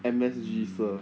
M_S_G sir